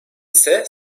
ise